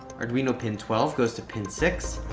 arduino pin twelve goes to pin six.